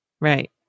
Right